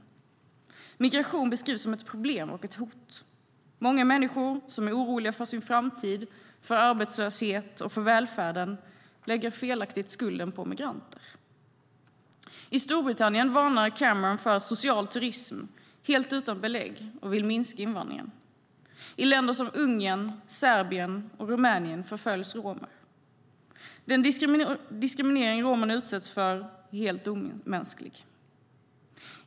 Migration beskrivs som ett problem och ett hot. Många människor som är oroliga för sin framtid, för arbetslöshet och för välfärden lägger felaktigt skulden på migranter. I Storbritannien varnar Cameron för "social turism" helt utan belägg och vill minska invandringen. I länder som Ungern, Serbien och Rumänien förföljs romer. Den diskriminering romerna utsätts för är helt omänsklig.